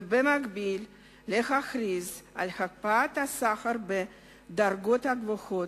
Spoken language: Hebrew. ובמקביל להכריז על הקפאת השכר בדרגות הגבוהות,